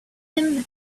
him